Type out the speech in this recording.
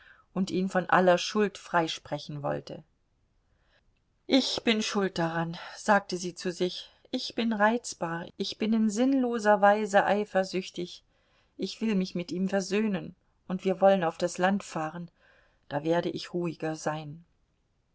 und ihn von aller schuld freisprechen wollte ich bin schuld daran sagte sie zu sich ich bin reizbar ich bin in sinnloser weise eifersüchtig ich will mich mit ihm versöhnen und wir wollen auf das land fahren da werde ich ruhiger sein